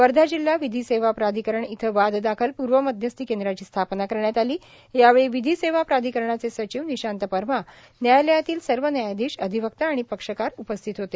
वर्धा जिल्हा विधी सेवा प्राधिकरण इथं वाद दाखल पूर्व मध्यस्थी केंद्राची स्थापना करण्यात आली यावेळी विधी सेवा प्राधिकरणचे सचिव निशांत परमा न्यायालयातील सर्व न्यायाधीश अधिवक्ता आणि पक्षकार उपस्थित होते